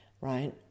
right